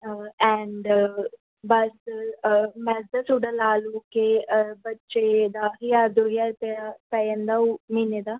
and ਬੱਸ ਬੱਸ ਦਾ ਤੁਹਾਡਾ ਲਾ ਲੂ ਕੇ ਬੱਚੇ ਦਾ ਹਜ਼ਾਰ ਦੋ ਹਜ਼ਾਰ ਰੁਪਇਆ ਪੈ ਜਾਂਦਾ ਓ ਮਹੀਨੇ ਦਾ